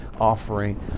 offering